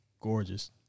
gorgeous